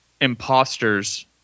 imposters